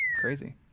crazy